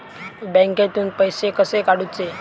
बँकेतून पैसे कसे काढूचे?